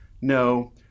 No